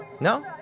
No